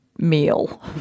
Meal